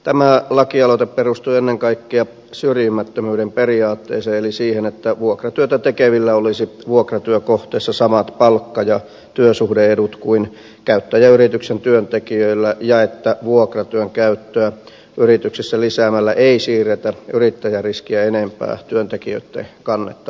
tämä lakialoite perustuu ennen kaikkea syrjimättömyyden periaatteeseen eli siihen että vuokratyötä tekevillä olisi vuokratyökohteessa samat palkka ja työsuhde edut kuin käyttäjäyrityksen työntekijöillä ja että vuokratyön käyttöä yrityksissä lisäämällä ei siirretä yrittäjäriskiä enempää työntekijöitten kannettavaksi